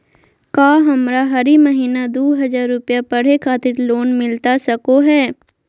का हमरा हरी महीना दू हज़ार रुपया पढ़े खातिर लोन मिलता सको है?